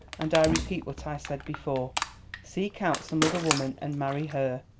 and i repeat what i said before seek out some other woman and marry her.